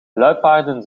luipaarden